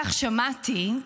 כך שמעתי,